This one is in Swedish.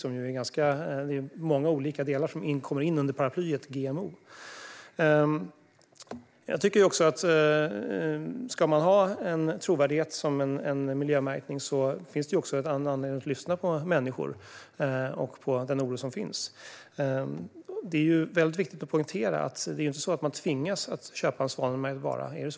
Det är ganska många delar som kommer in under paraplyet GMO. Jag tycker också att om en miljömärkning ska ha trovärdighet finns det all anledning att lyssna på människor och den oro som finns. Det är viktigt att poängtera att det inte är så att man tvingas köpa en svanmärkt vara.